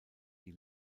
die